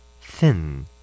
Thin